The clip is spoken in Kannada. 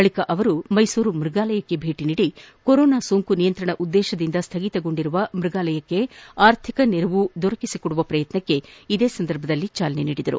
ಬಳಿಕ ಅವರು ಮೈಸೂರು ಮೃಗಾಲಯಕ್ಕೆ ಭೇಟಿ ನೀಡಿ ಕೊರೊನಾ ಸೋಂಕು ನಿಯಂತ್ರಣ ಉದ್ಲೇಶದಿಂದ ಸ್ಥಗಿತಗೊಂಡಿರುವ ಮ್ಯಗಾಲಯಕ್ಕೆ ಆರ್ಥಿಕ ನೆರವು ದೊರಕಿಸಿಕೊಡುವ ಪ್ರಯತ್ನಕ್ಕೆ ಇದೇ ಸಂದರ್ಭದಲ್ಲಿ ಚಾಲನೆ ನೀಡಿದರು